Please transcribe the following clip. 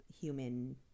human